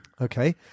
Okay